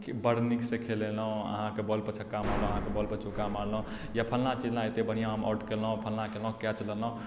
बड़ नीकसँ खेलेलहुँ अहाँके बॉलपर छक्का मारलहुँ अहाँकेँ बॉलपर चौका मारलहुँ या फलना चिलना एतेक बढ़िअँ हम आउट केलहुँ फलना केलहुँ कैच लेलहुँ